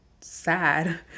sad